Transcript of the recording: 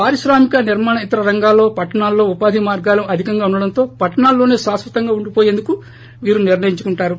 పారిశ్రామిక నిర్మాణ ఇతర రంగాలలో పట్టణాలలో ఉపాధి మార్గాలు అధికంగా ఉండడంతో పట్టణాల్లోనే కాశ్వతంగా ఉండిపోయేందుకు వీరు నిర్ణయించుకుంటారు